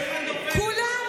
כולם,